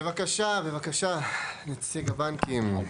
בבקשה, בבקשה, נציג הבנקים.